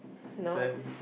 no I just